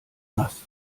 nass